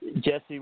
Jesse